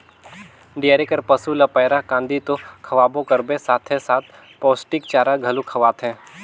dairy कर पसू ल पैरा, कांदी तो खवाबे करबे साथे साथ पोस्टिक चारा घलो खवाथे